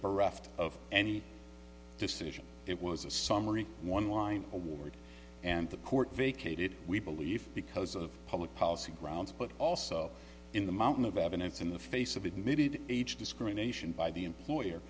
bereft of any decision it was a summary one line award and the court vacated we believe because of public policy grounds but also in the mountain of evidence in the face of admitted age discrimination by the employer